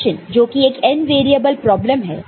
function जोकि एक n variable problem है